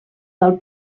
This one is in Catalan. del